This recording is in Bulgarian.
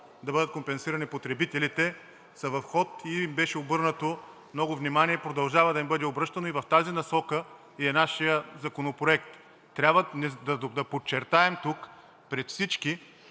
да бъдат компенсирани потребителите, са в ход и беше обърнато много внимание, и продължава да им бъде обръщано, и в тази насока е и нашият законопроект. Трябва да подчертаем тук пред всички,